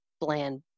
bland